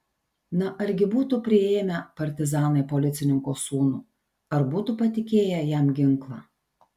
na argi būtų priėmę partizanai policininko sūnų ar būtų patikėję jam ginklą